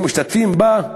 השתתפו בה,